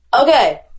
Okay